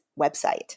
website